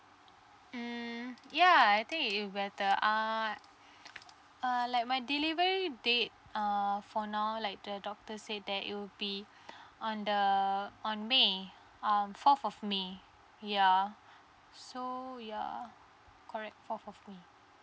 mm ya I think you better ask uh like my delivery date err for now like the doctor say that it will be on the on may on fourth of may ya so ya correct fourth of may